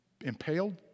impaled